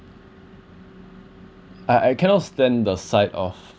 I I cannot stand the sight of